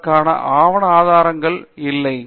அதற்கான ஆவண ஆதாரங்கள் எதுவும் இல்லை